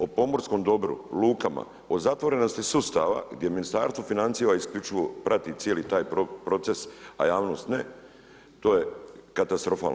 O pomorskom dobru, lukama, o zatvorenosti sustava gdje Ministarstvo financija isključivo prati cijeli taj proces a javnost ne, to je katastrofalno.